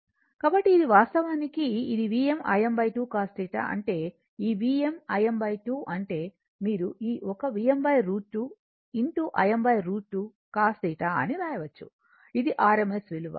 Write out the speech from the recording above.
కాబట్టి ఇది వాస్తవానికి ఇది Vm Im 2 cos θ అంటే ఈ Vm Im 2 అంటే మీరు ఈ ఒక Vm √ 2 Im √ 2 cos θ అని వ్రాయవచ్చు ఇది rms విలువ